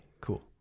Cool